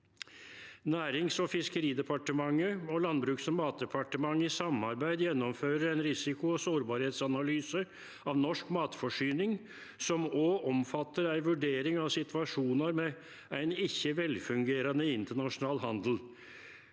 Nærings- og fiskeridepartementet og Landbruks- og matdepartementet i samarbeid gjennomfører ein risiko- og sårbarheitsanalyse av norsk matforsyning som òg omfattar ei vurdering av situasjonar med ein ikkje velfungerande internasjonal handel.